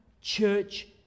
church